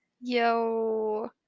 yo